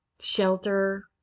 shelter